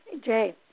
Jay